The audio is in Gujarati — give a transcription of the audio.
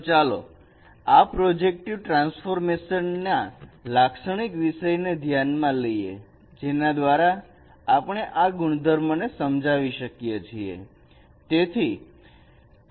તો ચાલો આપણે આ પ્રોજેકટીવ ટ્રાન્સફોર્મેશન ના લાક્ષણિક વિષયને ધ્યાનમાં લઈએ જેના દ્વારા આપણે આ ગુણધર્મને સમજાવી શકીએ છીએ